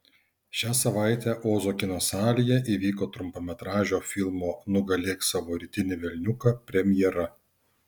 šią savaitę ozo kino salėje įvyko trumpametražio filmo nugalėk savo rytinį velniuką premjera